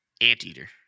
Anteater